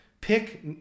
pick